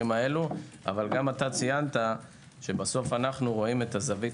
אבל גם אתה ציינת שבסוף אנו רואים את הזווית